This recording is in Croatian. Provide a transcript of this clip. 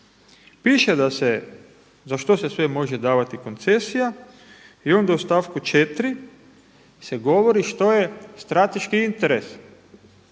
se, za što se sve može davati koncesija i onda u stavku 4. se govori što je strateški interes